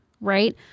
right